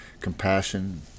compassion